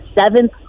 seventh